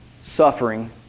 suffering